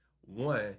one